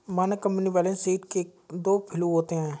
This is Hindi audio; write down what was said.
मानक कंपनी बैलेंस शीट के दो फ्लू होते हैं